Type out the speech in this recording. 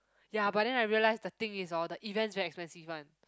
ya but then I realise the thing is hor the event is very expensive one